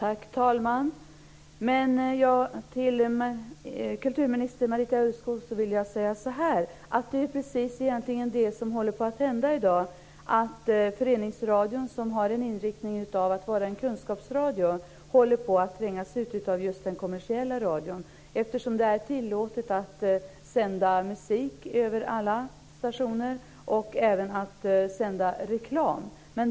Herr talman! Jag vill säga till kulturminister Marita Ulvskog att det egentligen är precis detta som håller på att hända i dag: Föreningsradion, som har en inriktning av att vara en kunskapsradio, håller på att tvingas ut av just den kommersiella radion eftersom det är tillåtet att sända musik över alla stationer och även att sända reklam.